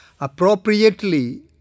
appropriately